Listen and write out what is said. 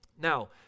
Now